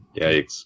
yikes